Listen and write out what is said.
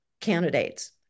candidates